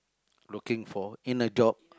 looking for in a job